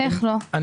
הם